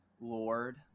lord